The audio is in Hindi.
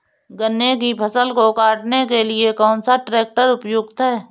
गन्ने की फसल को काटने के लिए कौन सा ट्रैक्टर उपयुक्त है?